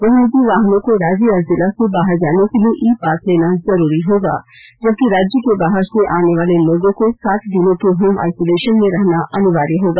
वहीं निर्जी वाहनों को राज्य या जिला से बाहर जाने के लिए ई पास लेना जरूरी होगा जबकि राज्य के बाहर से आने वाले लोगों को सात दिनों के होम आइसोलेशन में रहना अनिवार्य होगा